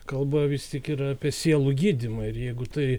kalba vis tik yra apie sielų gydymą ir jeigu tai